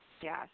Yes